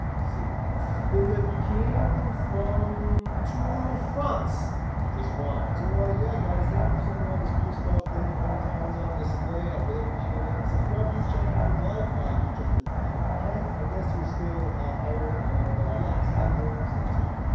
let's see philippine from two fronts you just won, so well. ah ya guys thank you for sending all this cool stuff putting your hometowns on display i really appreciate it subscribe to this channel if you'd like you've just been flagged can i guess you're still hired and yeah stay cool stay tuned